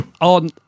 On